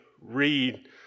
read